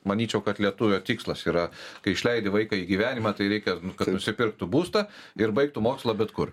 manyčiau kad lietuvio tikslas yra kai išleidi vaiką į gyvenimą tai reikia kad nusipirktų būstą ir baigtų mokslą bet kur